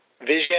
vision